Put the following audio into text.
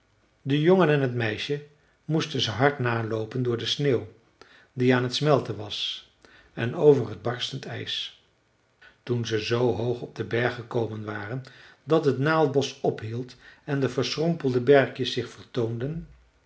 de jongen en t meisje moesten ze hard naloopen door de sneeuw die aan t smelten was en over het barstend ijs toen ze zoo hoog op den berg gekomen waren dat het naaldbosch ophield en de verschrompelende berkjes zich vertoonden